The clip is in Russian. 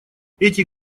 эти